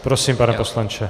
Prosím, pane poslanče.